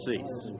cease